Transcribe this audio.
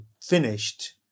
finished